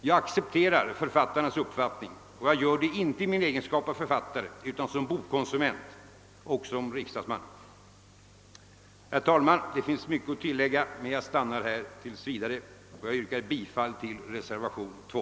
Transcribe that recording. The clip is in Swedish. Jag accepterar författarnas uppfattning, och jag gör det inte i min egenskap av författare utan som bokkonsument och som riksdagsledamot. Herr talman! Det skulle finnas mycket att tillägga, men jag stannar här tills vidare och yrkar bifall till reservationen 2.